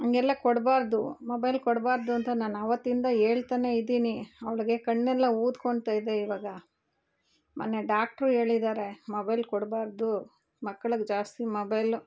ಹಂಗೆಲ್ಲಾ ಕೊಡಬಾರ್ದು ಮೊಬೈಲ್ ಕೊಡಬಾರ್ದು ಅಂತ ನಾನು ಅವತ್ತಿಂದ ಹೇಳ್ತಾನೆ ಇದೀನಿ ಅವಳಿಗೆ ಕಣ್ಣೆಲ್ಲ ಊದ್ಕೊತಾಯಿದೆ ಇವಾಗ ಮೊನ್ನೆ ಡಾಕ್ಟ್ರು ಹೇಳಿದಾರೆ ಮೊಬೈಲ್ ಕೊಡಬಾರ್ದು ಮಕ್ಕಳಿಗ್ ಜಾಸ್ತಿ ಮೊಬೈಲ್